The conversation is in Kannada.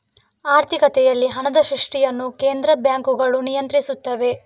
ಆರ್ಥಿಕತೆಗಳಲ್ಲಿ ಹಣದ ಸೃಷ್ಟಿಯನ್ನು ಕೇಂದ್ರ ಬ್ಯಾಂಕುಗಳು ನಿಯಂತ್ರಿಸುತ್ತವೆ